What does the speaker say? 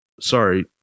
sorry